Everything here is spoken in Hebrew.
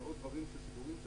עוד דברים שהם סידורים.